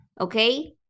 okay